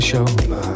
show